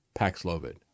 Paxlovid